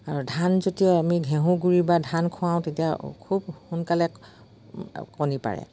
আৰু ধান যেতিয়া আমি ঘেঁহু গুডৰিি বা ধান খুৱাওঁ তেতিয়া খুব সোনকালে কণী পাৰে